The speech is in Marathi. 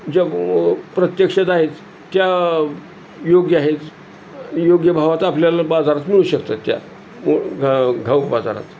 ज्या प्रत्यक्षात आहेच त्या योग्य आहेच योग्य भावात आपल्याला बाजारात मिळू शकतात त्या घा घाऊक बाजारात